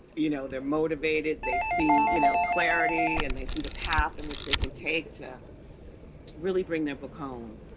you know, they're motivated. they see, you know, clarity. and they see the path in which they can take to really bring them back home